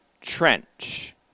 Trench